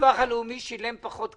הביטוח הלאומי שילם פחות כסף?